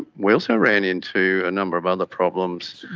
we also ran into a number of other problems,